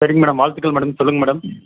சரிங்க மேடம் வாழ்த்துக்கள் மேடம் சொல்லுங்க மேடம்